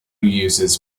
uses